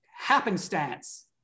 happenstance